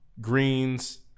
greens